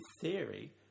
theory